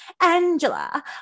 Angela